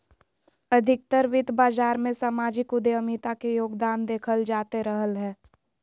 अधिकतर वित्त बाजार मे सामाजिक उद्यमिता के योगदान देखल जाते रहलय हें